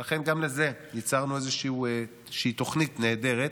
גם לזה ייצרנו איזושהי תוכנית נהדרת,